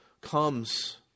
comes